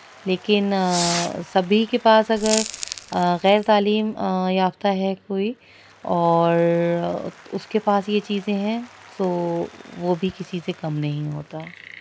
لیکن سبھی کے پاس اگر غیر تعلیم یافتہ ہے کوئی اور اس کے پاس یہ چیزیں ہیں تو وہ بھی کسی سے کم نہیں ہوتا